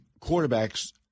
quarterbacks